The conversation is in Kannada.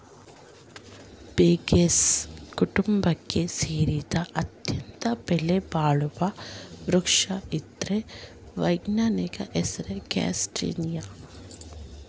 ಫ್ಯಾಗೇಸೀ ಕುಟುಂಬಕ್ಕೆ ಸೇರಿದ ಅತ್ಯಂತ ಬೆಲೆಬಾಳುವ ವೃಕ್ಷ ಇದ್ರ ವೈಜ್ಞಾನಿಕ ಹೆಸರು ಕ್ಯಾಸ್ಟಾನಿಯ